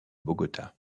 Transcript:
bogota